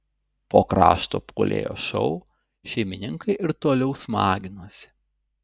po krašto puolėjo šou šeimininkai ir toliau smaginosi